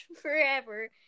forever